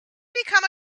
become